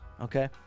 okay